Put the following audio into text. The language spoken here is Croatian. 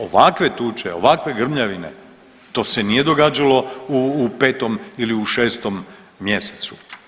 Ovakve tuče, ovakve grmljavine to se nije događalo u 5 ili u 6 mjesecu.